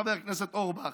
חבר הכנסת אורבך,